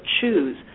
choose